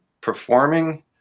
performing